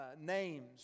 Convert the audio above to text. names